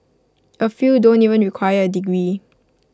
A few don't even require A degree